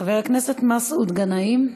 חבר הכנסת מסעוד גנאים.